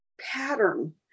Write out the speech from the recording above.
pattern